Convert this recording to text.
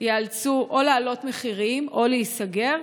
ייאלצו או להעלות מחירים או להיסגר,